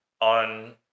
on